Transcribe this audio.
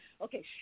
Okay